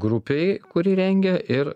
grupei kuri rengia ir